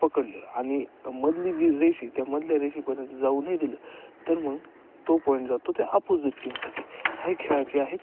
पकडलं आणि मधली जी रेष आहे त्या मधल्या रेषेपर्यंत जाऊ नाही दिलं तर मग तो पॉईंट जातो त्या अपोजिट टीमसाठी हे खेळाचे आहेत